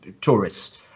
tourists